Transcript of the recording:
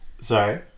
Sorry